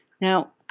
Now